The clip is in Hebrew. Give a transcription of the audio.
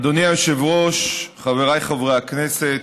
אדוני היושב-ראש, חבריי חברי הכנסת,